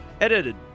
Edited